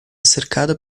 cercada